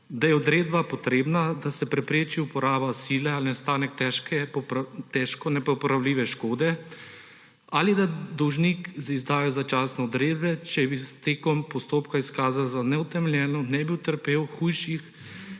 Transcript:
da je odredba potrebna, da se prepreči uporaba sile ali nastanek težko popravljive škode, ali da dolžnik z izdajo začasne odredbe, če bi se tekom postopka izkazalo za neutemeljeno, ne bi utrpel hujših